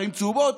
ערים צהובות,